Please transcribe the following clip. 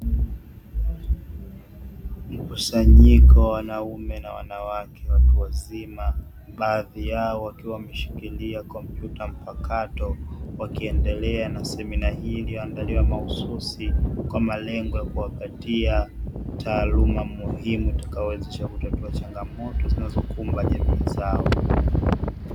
Mkusanyiko wa wanaume na wanawake watu wazima, baadhi yao wakiwa wameshikilia kompyuta mpakato, wakiendelea na semina hii iliyoandaliwa mahususi, kwa malengo ya kuwapatia taaluma muhimu itakayo wawezesha kutatua changamoto zinazokumba jamii zao.